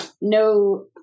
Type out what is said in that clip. no